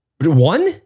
One